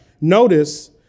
notice